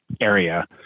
area